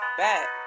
back